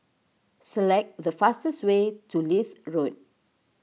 select the fastest way to Leith Road